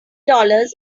dollars